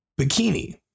bikini